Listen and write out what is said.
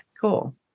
Cool